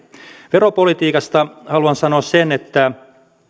veropolitiikasta haluan sanoa sen että